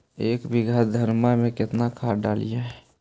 एक बीघा धन्मा में केतना खाद डालिए?